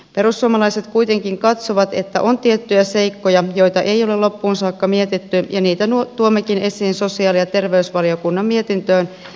perussuomalaiset kuitenkin katsovat että on tiettyjä seikkoja joita ei ole loppuun saakka mietitty ja niitä tuommekin esiin sosiaali ja terveysvaliokunnan mietintöön jättämässämme vastalauseessa